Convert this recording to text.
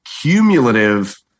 cumulative